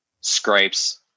scrapes